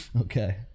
Okay